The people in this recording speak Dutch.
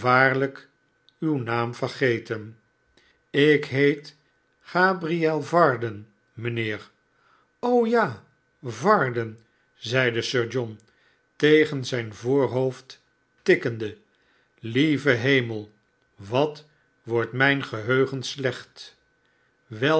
uw naam vergeten ik heet gabriel varden mijnheer p ja varden zeide sir john tegen zijn voorhoofd tikkende lieve hemel wat wordt mijn geheugen slecht wel